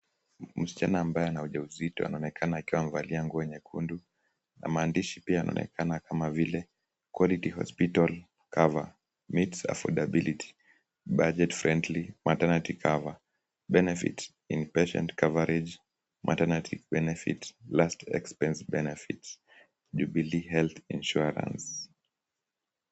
Msichana ambaye ana uja uzito anaonelana akiwa amevalia nguo nyekundu, na maandishi pia yanaonekana kama vile, quality hospital cover meets affordability budget friendly maternity cover benefit inpatient coverage maternity benefit last expense benefit , Jubilee Health Insurance.